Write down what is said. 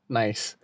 nice